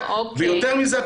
ויותר מזה,